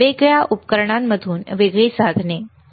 वेगळ्या उपकरणांमधून वेगळी साधने बरोबर